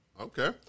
Okay